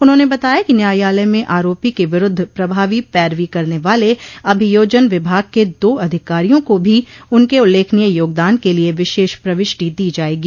उन्होंने बताया कि न्यायालय में आरोपी के विरूद्व प्रभावी पैरवी करने वाले अभियोजन विभाग के दो अधिकारियों को भी उनके उल्लेखनीय योगदान के लिये विशेष प्रविष्टि दी जायेगी